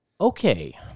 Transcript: Okay